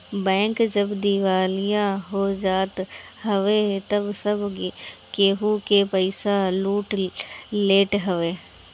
bank जब दिवालिया हो जात हवे तअ सब केहू के पईसा लूट लेत हवे